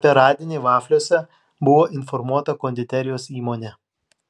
apie radinį vafliuose buvo informuota konditerijos įmonė